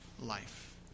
life